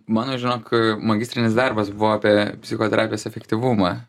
mano žak magistrinis darbas buvo apie psichoterapijos efektyvumą